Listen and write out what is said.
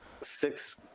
six